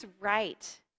right